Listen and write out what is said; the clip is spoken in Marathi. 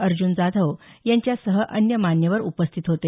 अर्ज्ञन जाधव यांच्यासह अन्य मान्यवर उपस्थित होते